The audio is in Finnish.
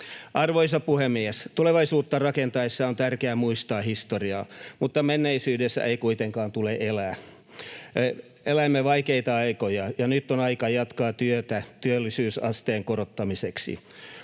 Arvoisa puhemies! Tulevaisuutta rakentaessa on tärkeää muistaa historia, mutta menneisyydessä ei kuitenkaan tule elää. Elämme vaikeita aikoja, ja nyt on aika jatkaa työtä työllisyysasteen korottamiseksi.